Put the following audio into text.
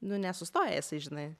nu nesustoja jisai žinai